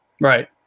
Right